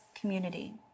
community